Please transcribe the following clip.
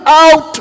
out